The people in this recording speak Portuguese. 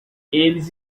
eles